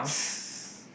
s~